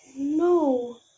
No